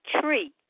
tree